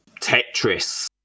Tetris